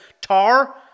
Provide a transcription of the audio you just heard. Tar